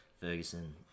Ferguson